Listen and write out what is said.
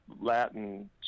Latin